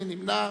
מי נמנע?